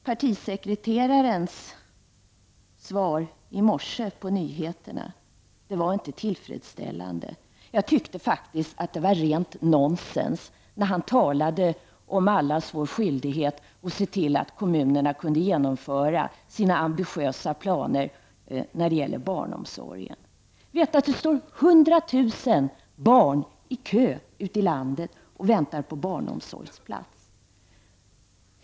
Partisekreterarens svar i morse på nyheterna var inte tillfredsställande. Jag tyckte faktiskt att hans tal var rent nonsens när han talade om allas vår skyldighet att se till att kommunerna kan genomföra sina ambitiösa planer när det gäller barnomsorgen. Vi vet att det står 100 000 barn i kö ute i landet och väntar på en barnomsorgsplats.